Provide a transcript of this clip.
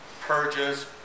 purges